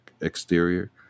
exterior